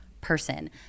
person